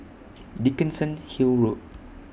Dickenson Hill Road